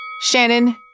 Shannon